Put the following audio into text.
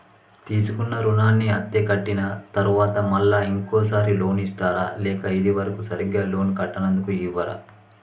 తీసుకున్న రుణాన్ని అత్తే కట్టిన తరువాత మళ్ళా ఇంకో సారి లోన్ ఇస్తారా లేక ఇది వరకు సరిగ్గా లోన్ కట్టనందుకు ఇవ్వరా?